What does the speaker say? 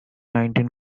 nineteen